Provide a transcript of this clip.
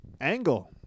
angle